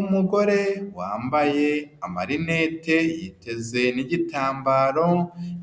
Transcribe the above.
Umugore wambaye amarinete, yiteze n'igitambaro,